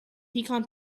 pecan